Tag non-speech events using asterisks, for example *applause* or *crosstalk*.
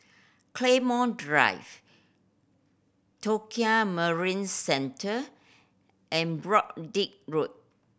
Claymore Drive Tokio Marine Centre and *unintelligible* Road